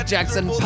Jackson